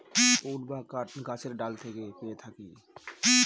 would বা কাঠ গাছের ডাল থেকে পেয়ে থাকি